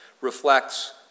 reflects